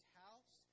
house